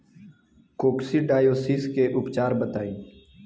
Coccidiosis के उपचार बताई?